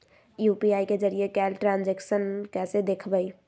UPI के जरिए कैल ट्रांजेक्शन कैसे देखबै?